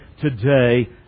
today